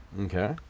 Okay